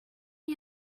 you